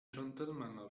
gentlemana